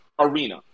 arena